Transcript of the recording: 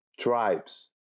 tribes